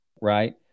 right